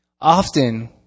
Often